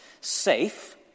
safe